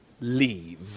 leave